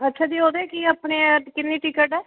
ਅੱਛਾ ਜੀ ਉਹਦੇ ਕੀ ਆਪਣੀ ਕਿੰਨੀ ਟਿਕਟ ਹੈ